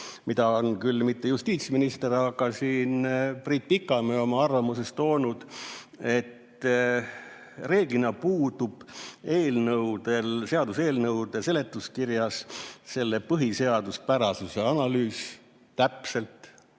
mida ei ole küll mitte justiitsminister, aga Priit Pikamäe oma arvamuses toonud, et reeglina puudub seaduseelnõude seletuskirjas põhiseaduspärasuse analüüs – see